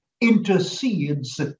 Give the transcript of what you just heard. intercedes